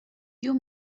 you